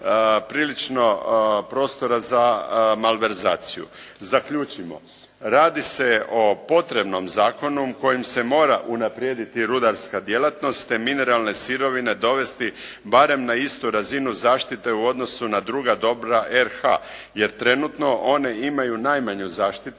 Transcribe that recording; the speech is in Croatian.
prilično prostora za malverzaciju. Zaključimo. Radi se o potrebnom zakonu kojim se mora unaprijediti rudarska djelatnost te mineralne sirovine dovesti barem na istu razinu zaštite u odnosu na druga dobra RH jer trenutno one imaju najmanju zaštitu